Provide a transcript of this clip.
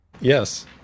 Yes